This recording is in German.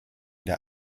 der